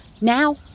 Now